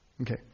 Okay